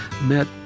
met